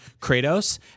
Kratos